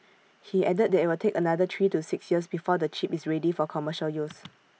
he added that IT will take another three to six years before the chip is ready for commercial use